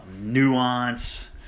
nuance